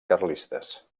carlistes